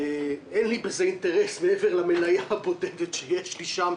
אין לי בזה אינטרס מעבר למניה הבודדת שיש לי שם.